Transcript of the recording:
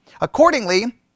Accordingly